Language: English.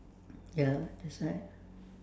ya that's why